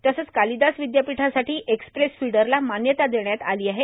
तसंच कालिदास विद्यापीठासाठी express feeder ला मान्यता देण्यात आली आहे